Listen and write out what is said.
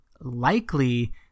likely